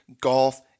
golf